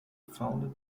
founded